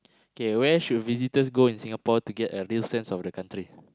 okay where should visitors go in Singapore to get a this sense of the country